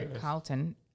Carlton